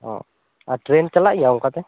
ᱚ ᱟᱨ ᱴᱨᱮᱱ ᱪᱟᱞᱟᱜ ᱜᱮᱭᱟ ᱚᱱᱠᱟᱛᱮ